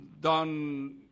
done